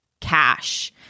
cash